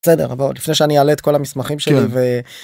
בסדר אבל, לפני שאני אעלה את כל המסמכים שלי -כן. ו...